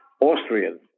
Austrian